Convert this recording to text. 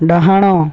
ଡାହାଣ